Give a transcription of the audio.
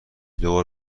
دوبار